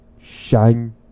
shine